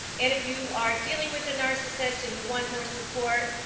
and if you are dealing with a narcissist and you want more support,